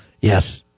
Yes